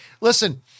Listen